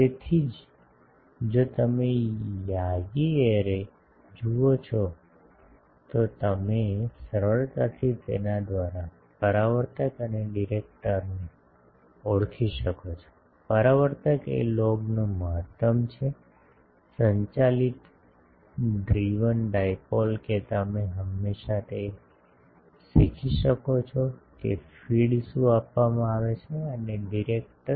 તેથી જ જો તમે યાગી એરે જુઓ છો તો તમે સરળતાથી તેના દ્વારા પરાવર્તક અને ડિરેક્ટરને ઓળખી શકો છો પરાવર્તક એ લોગનો મહત્તમ છે સંચાલિત ડ્રિવન ડાઇપોલ કે તમે હંમેશાં તે શીખી શકો છો કે ફીડ શું આપવામાં આવે છે અને ડિરેક્ટર